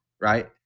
right